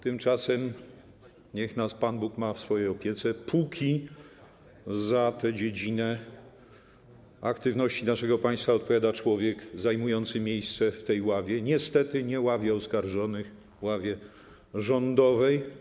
Tymczasem niech nas Pan Bóg ma w swojej opiece, póki za tę dziedzinę aktywności naszego państwa odpowiada człowiek zajmujący miejsce w tej ławie, niestety nie ławie oskarżonych, ławie rządowej.